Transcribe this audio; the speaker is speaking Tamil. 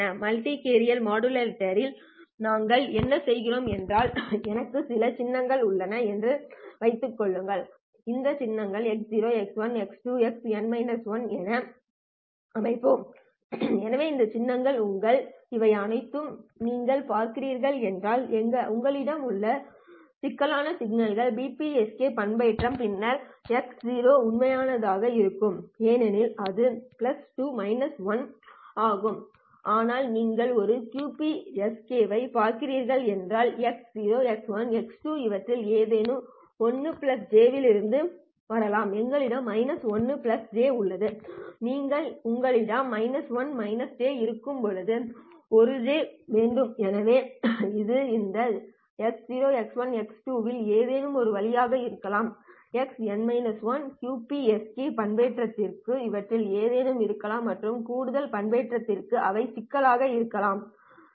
மல்டி கேரியர் மாடுலேஷனுடன் நாங்கள் என்ன செய்கிறோம் என்றால் எனக்கு சில சின்னங்கள் உள்ளன என்று வைத்துக்கொள்வோம் இந்த சின்னங்களை X0 X1 X2 Xn 1 என அழைப்போம் எனவே இந்த என் சின்னங்கள் உள்ளன இவை அனைத்தும் நீங்கள் பார்க்கிறீர்கள் என்றால் உங்களிடம் உள்ள சிக்கலான சின்னங்கள் BPSK பண்பேற்றம் பின்னர் X0 உண்மையானதாக இருக்கும் ஏனெனில் அது to 1 ஆகும் ஆனால் நீங்கள் ஒரு QPSK ஐப் பார்க்கிறீர்கள் என்றால் X0 X1 X2 இவற்றில் ஏதேனும் 1 j இலிருந்து வரலாம் எங்களிடம் 1 j உள்ளது நீங்கள் உங்களிடம் 1 j இருக்கும்போது 1 j வேண்டும் எனவே இது இந்த X0 X1 X2 இல் ஏதேனும் ஒரு வழியாக இருக்கலாம் Xn 1 QPSK பண்பேற்றத்திற்கு இவற்றில் ஏதேனும் இருக்கலாம் மற்றும் கூடுதல் பண்பேற்றத்திற்கு அவை சிக்கலானவையாக இருக்கலாம் எண்கள்